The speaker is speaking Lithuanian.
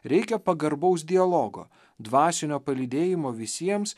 reikia pagarbaus dialogo dvasinio palydėjimo visiems